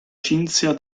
cinzia